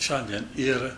šiandien ir